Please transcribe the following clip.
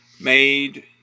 Made